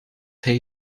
hij